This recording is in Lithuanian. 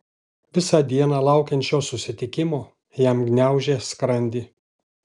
visą dieną laukiant šio susitikimo jam gniaužė skrandį